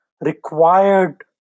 required